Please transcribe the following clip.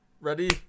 ready